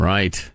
Right